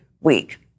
week